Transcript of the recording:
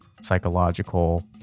psychological